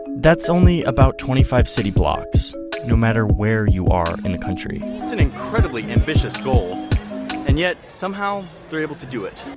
that's only about twenty five city blocks no matter where you are in the country. it's an incredibly ambitious goal and yet, somehow they're able to do it.